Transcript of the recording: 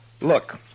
look